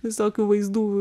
visokių vaizdų